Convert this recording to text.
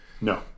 No